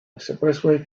expressway